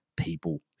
people